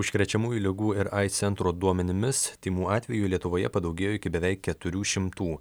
užkrečiamųjų ligų ir aids centro duomenimis tymų atvejų lietuvoje padaugėjo iki beveik keturių šimtų